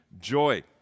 joy